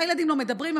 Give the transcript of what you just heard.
הילדים לא מדברים,